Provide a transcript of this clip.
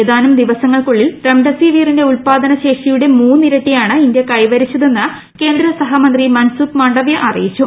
ഏതാനും ദിവസങ്ങൾക്കുള്ളിൽ റെംഡെസിവിറിന്റെ ഉൽപാദന ശേഷിയുടെ മൂന്നിരട്ടിയാണ് ഇന്തൃ കൈവരിച്ചതെന്ന് കേന്ദ്ര സഹമന്ത്രി മൻസുഖ് മാണ്ഡവ്യ അറിയിച്ചു